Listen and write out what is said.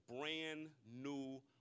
brand-new